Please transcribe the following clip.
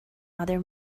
other